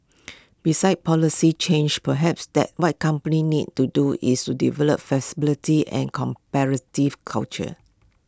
besides policy change perhaps that my companies need to do is to develop flexibility and comparative culture